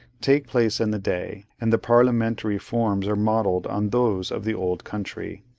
take place in the day and the parliamentary forms are modelled on those of the old country.